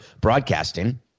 Broadcasting